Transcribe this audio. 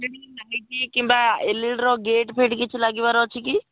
L E D light କିମ୍ବା ଏଲ୍ଇଡ଼ିର ଗେଟ୍ ଫେଟ୍ କିଛି ଲାଗିବାର ଅଛି କି